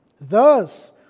Thus